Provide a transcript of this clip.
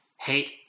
hate